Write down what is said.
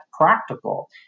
practical